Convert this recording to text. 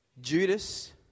Judas